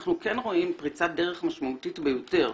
אנחנו כן רואים פריצת דרך משמעותית ביותר.